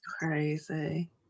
crazy